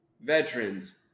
veterans